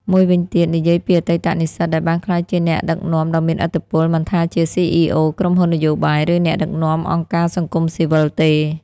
មួយវិញទៀត និយាយពីអតីតនិស្សិតដែលបានក្លាយជាអ្នកដឹកនាំដ៏មានឥទ្ធិពល មិនថាជា CEO ក្រុមហ៊ុននយោបាយ ឬអ្នកដឹកនាំអង្គការសង្គមស៊ីវិលទេ។